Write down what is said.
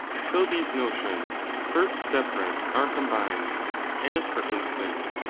so these notions, first separate, are combined as, for instance,